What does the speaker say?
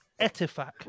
Etifak